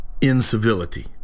incivility